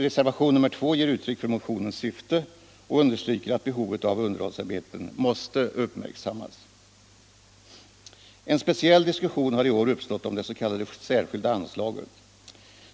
Reservationen 2 ger yttryck för motionens syfte och understryker att behovet av underhållsarbeten måste uppmärksammas. En speciell diskussion har i år uppstått om det s.k. särskilda anslaget.